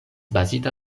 bazita